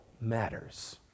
matters